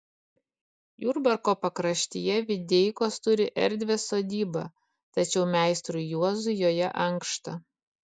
jurbarko pakraštyje videikos turi erdvią sodybą tačiau meistrui juozui joje ankšta